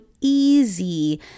easy